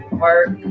work